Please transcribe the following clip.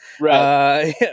right